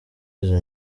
izo